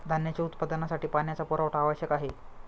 धान्याच्या उत्पादनासाठी पाण्याचा पुरवठा आवश्यक आहे